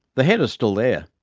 the head is still there,